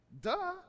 Duh